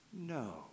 No